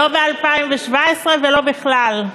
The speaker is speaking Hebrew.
לא ב-2017, ולא בכלל.